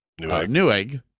Newegg